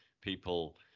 people